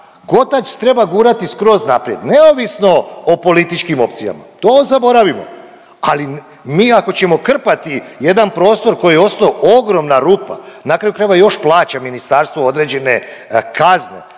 Kotač treba gurati skroz naprijed neovisno o političkim opcijama, to zaboravimo. Ali mi ako ćemo krpati jedan prostor koji je ostao ogromna rupa, na kraju krajeva još plaća ministarstvo određene kazne